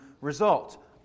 result